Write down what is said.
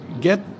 get